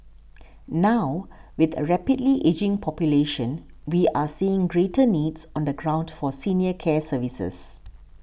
now with a rapidly ageing population we are seeing greater needs on the ground for senior care services